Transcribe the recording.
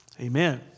Amen